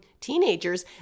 teenagers